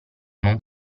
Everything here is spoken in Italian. non